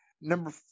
Number